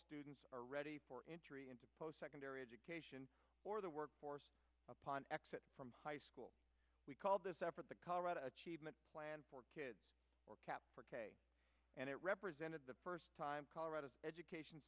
students are ready for entry into post secondary education for the workforce upon exit from high school we call this effort the colorado achievement plan for kids were kept and it represented the first time colorado education